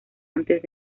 antes